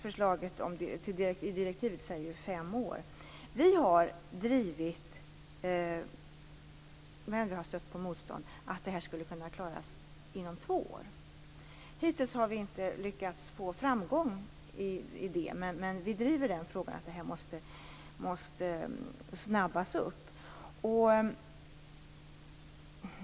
Vi har drivit att det skulle kunna klaras inom två år, men vi har stött på motstånd. Hittills har vi alltså inte lyckats nå framgång i detta, men vi driver frågan att det måste snabbas på.